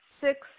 six